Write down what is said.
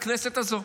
לכנסת הזו.